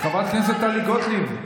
חברת הכנסת טלי גוטליב.